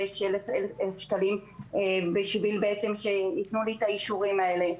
6,000 שקלים כדי שייתנו לי את האישורים האלה.